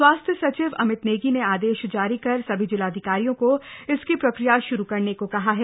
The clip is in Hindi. स्वास्थ्य सचिव अमित नश्नी नश्नआदश जारी कर सभी जिलाधिकारियों को इसकी प्रक्रिया श्रू करन को कहा है